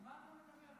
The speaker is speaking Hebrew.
על מה אתה מדבר,